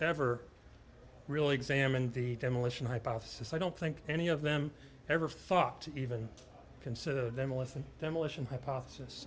ever really examined the demolition hypothesis i don't think any of them ever thought to even consider them a listen demolition hypothesis